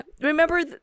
Remember